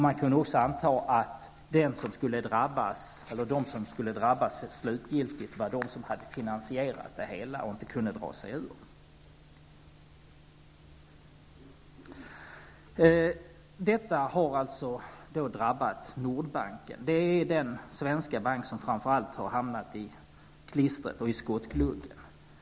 Man kunde också anta att de som slutgiltigt skulle drabbas var de som hade finansierat det hela och inte kunde dra sig ur. Detta har alltså drabbat Nordbanken. Det är den svenska bank som framför allt har hamnat i klistret och i skottgluggen.